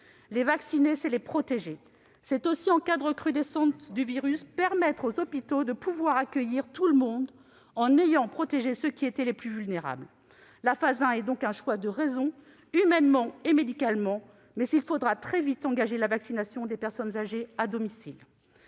Les vacciner, c'est les protéger. C'est aussi, en cas de recrudescence du virus, permettre aux hôpitaux d'accueillir tout le monde, en ayant protégé ceux qui étaient les plus vulnérables. Cette phase est donc un choix de raison, humainement et médicalement, mais il faudra très vite engager également la vaccination des personnes âgées à domicile.